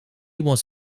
was